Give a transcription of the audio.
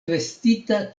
vestita